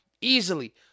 Easily